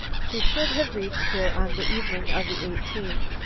she should have reached here on the evening of the eighteenth,